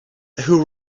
who